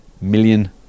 million